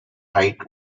height